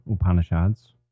Upanishads